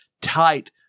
tight